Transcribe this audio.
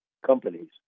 companies